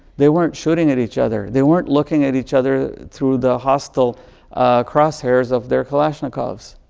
they weren't shooting at each other. they weren't looking at each other through the hostile cross hairs of their kalashnikov's,